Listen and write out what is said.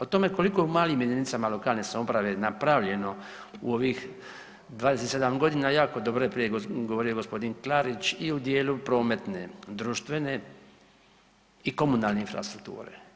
O tome koliko je u malim jedinicama lokalne samouprave napravljeno u ovih 27 godina jako je dobro prije govorio gospodin Klarić i u dijelu prometne, društvene i komunalne infrastrukture.